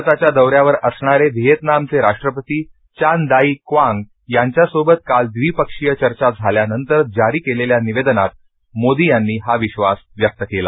भारताच्या दौऱ्यावर असणारे व्हिएतनामचे राष्ट्रपती चान दायी क्वांग यांच्यासोबत काल द्विपक्षीय चर्चा झाल्यानंतर जारी केलेल्या निवेदनात मोदी यांनी हा विश्वास व्यक्त केला